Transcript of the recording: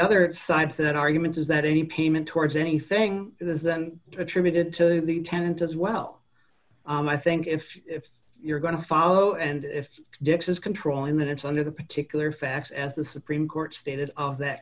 other side to that argument is that any payment towards anything is that attributed to the tenant as well i think if you're going to follow and if dick's is controlling that it's under the particular facts as the supreme court stated that